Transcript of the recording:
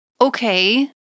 okay